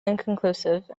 inconclusive